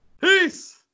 Peace